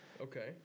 okay